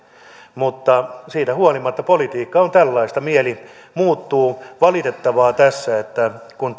mutta siitä huolimatta politiikka on tällaista mieli muuttuu valitettavaa tässä on että kun